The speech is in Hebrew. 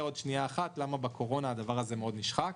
נראה עוד מעט למה בקורונה הדבר הזה נשחק מאוד.